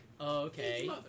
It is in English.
okay